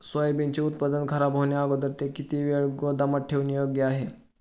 सोयाबीनचे उत्पादन खराब होण्याअगोदर ते किती वेळ गोदामात ठेवणे योग्य आहे?